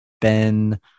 Ben